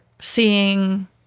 seeing